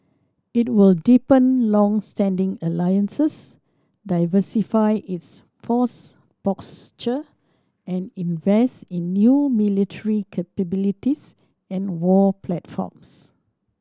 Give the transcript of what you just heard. it will deepen longstanding alliances diversify its force posture and invest in new military capabilities and war platforms